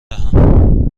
دهم